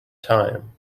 time